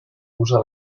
usa